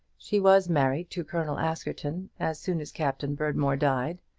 she was married to colonel askerton as soon as captain berdmore died,